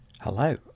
Hello